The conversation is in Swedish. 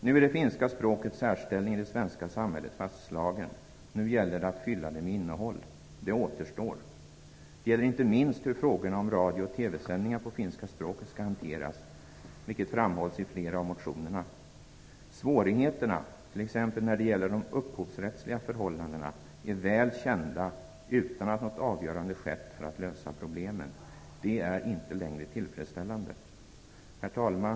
Nu är det finska språkets särställning i det svenska samhället fastslagen - nu gäller det att fylla det med innehåll. Det återstår. Det gäller inte minst hur frågorna om radio och TV-sändningar på finska språket skall hanteras, vilket framhålls i flera av motionerna. Svårigheterna, t.ex. när det gäller de upphovsrättsliga förhållandena, är väl kända utan att något avgörande skett för att lösa problemen. Det är inte längre tillfredsställande. Herr talman!